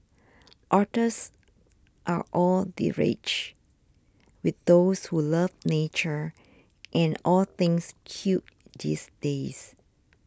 otters are all the rage with those who love nature and all things cute these days